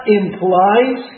implies